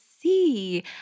see